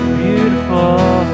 beautiful